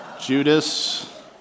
Judas